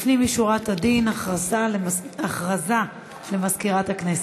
לפנים משורת הדין, הודעה למזכירת הכנסת.